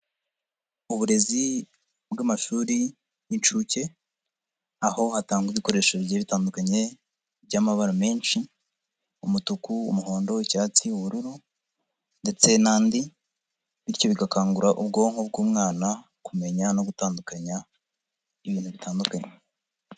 Uburezi bw'amashuri n'inshuke, aho hatangwa ibikoresho bigiye bitandukanye by'amabara menshi, umutuku, umuhondo, icyatsi, ubururu ndetse n'andi, bityo bigakangura ubwonko bw'umwana kumenya no gutandukanya ibintu bitandukanye.